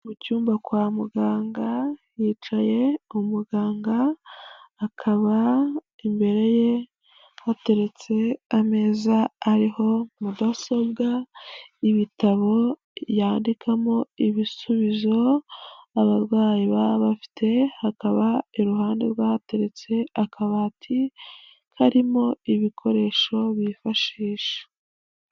Mu cyumba kwa muganga, hicaye umuganga, akaba imbere ye hateretse ameza ariho mudasobwa, ibitabo yandikamo ibisubizo, abarwayi baba bafite, hakaba iruhande rwe hateretse akabati hari ibikoresho bifashisha.